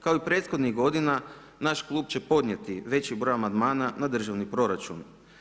Kao i prethodnih godina naš Klub će podnijeti veći broj amandmana na državni proračun.